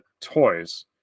toys